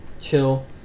Chill